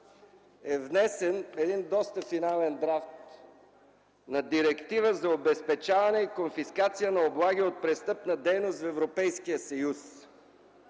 е внесен един доста финален драфт на директива за обезпечаване и конфискация на облаги от престъпна дейност в Европейския съюз.